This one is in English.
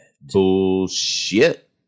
Bullshit